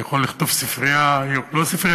אני יכול לכתוב לא ספרייה עירונית,